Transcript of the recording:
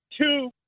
two